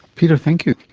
peter, thank you.